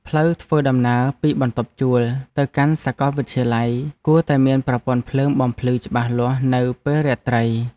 ផ្លូវធ្វើដំណើរពីបន្ទប់ជួលទៅកាន់សាកលវិទ្យាល័យគួរតែមានប្រព័ន្ធភ្លើងបំភ្លឺច្បាស់លាស់នៅពេលរាត្រី។